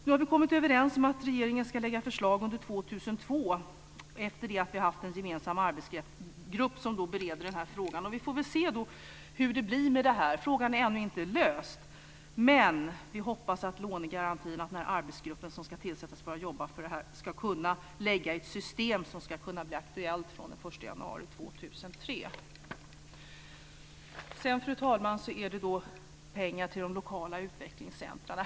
Nu har vi kommit överens om att regeringen ska lägga fram förslag under 2002, efter det att vi har haft en gemensam arbetsgrupp som bereder frågan. Vi får då se hur det blir med det här. Frågan är ännu inte löst, men vi hoppas att arbetsgruppen som ska tillsättas för att arbeta med lånegarantierna ska kunna skapa ett system som ska kunna bli aktuellt från den Sedan, fru talman, är det frågan om pengar till de lokala utvecklingscentrumen.